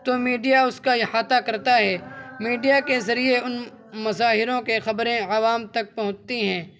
تو میڈیا اس کا احاطہ کرتا ہے میڈیا کے ذریعے ان مظاہروں کے خبریں عوام تک پہنچتی ہیں